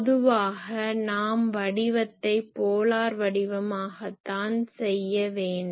பொதுவாக நாம் வடிவத்தை போலார் வடிவமாகத்தான் செய்ய வேண்டும்